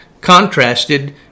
contrasted